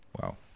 Wow